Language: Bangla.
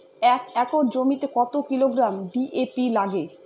এক একর জমিতে কত কিলোগ্রাম ডি.এ.পি লাগে?